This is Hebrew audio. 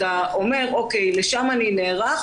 אתה אומר: לשם אני נערך.